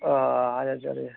ও Hazarduari